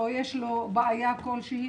או שיש לו בעיה כלשהי,